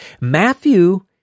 Matthew